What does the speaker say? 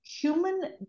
human